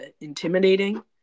intimidating